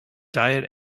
diet